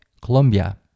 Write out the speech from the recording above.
Colombia